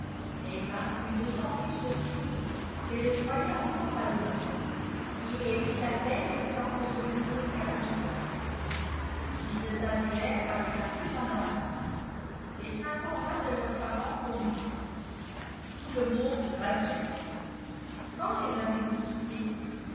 emma fut d'autant plus surprise qu'elle le croyait encore à londres et elle eut à peine le temps de se composer un visage ils se saluèrent avec un peu d'embarras elle s'informa de leurs parents communs tout le monde va bien quand les avez-vous quittés